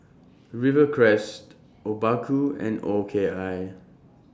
Rivercrest Obaku and O K I